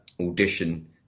audition